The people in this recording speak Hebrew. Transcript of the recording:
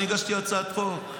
אני הגשתי הצעת חוק: